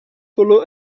polo